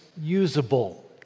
usable